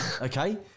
Okay